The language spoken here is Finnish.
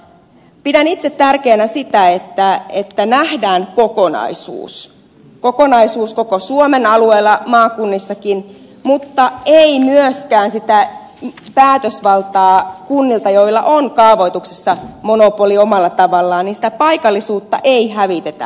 pidän itse tärkeänä sitä että nähdään kokonaisuus kokonaisuus koko suomen alueella maakunnissakin mutta ei myöskään sitä päätösvaltaa kunnilta joilla on kaavoituksessa monopoli omalla tavallaan sitä paikallisuutta ei hävitetä